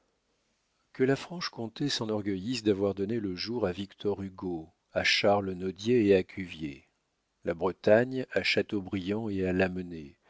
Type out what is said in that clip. que la franche-comté s'enorgueillisse d'avoir donné le jour à victor hugo à charles nodier et à cuvier la bretagne à chateaubriand et à lamennais la